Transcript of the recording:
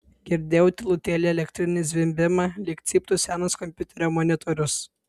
girdėjau tylutėlį elektrinį zvimbimą lyg cyptų senas kompiuterio monitorius